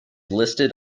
listed